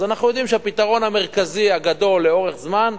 אז אנחנו יודעים שהפתרון המרכזי הגדול לאורך זמן,